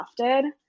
crafted